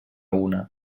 una